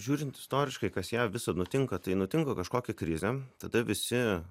žiūrint istoriškai kas jav visad nutinka tai nutinka kažkokia krizė tada visi